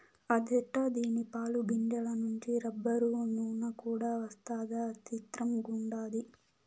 అదెట్టా దీని పాలు, గింజల నుంచి రబ్బరు, నూన కూడా వస్తదా సిత్రంగుండాది